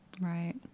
Right